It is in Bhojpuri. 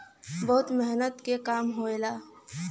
बहुत मेहनत के काम होला